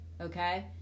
okay